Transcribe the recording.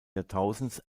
jahrtausends